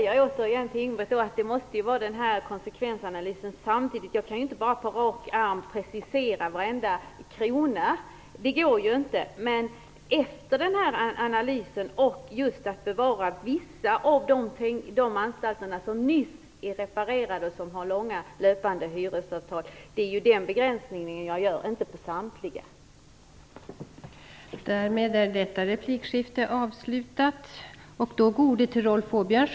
Fru talman! Det här måste ske i samband med konsekvensanalysen. Jag kan inte bara på rak arm precisera varenda krona. Det går inte. Jag begränsar mig till att man skall bevara vissa av de anstalter som nyss har reparerats och där det finns långa, löpande hyresavtal. Det är den begränsningen jag gör. Det här gäller inte för samtliga anstalter.